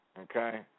Okay